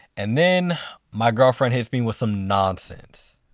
and then my girlfriend hits me with some nonsense,